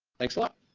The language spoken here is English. thanks a lot.